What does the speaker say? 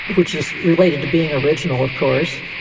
which is related to being original of course.